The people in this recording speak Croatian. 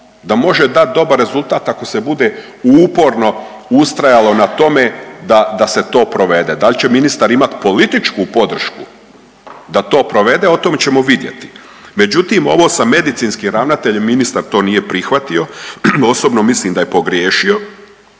da može dati dobar rezultat ako se bude uporno ustrajalo na tome da se to provede. Da li će ministar imati političku podršku da to provede, o tome ćemo vidjeti. Međutim, ovo sa medicinskim ravnateljem ministar to nije prihvatio, osobno mislim da je pogriješio,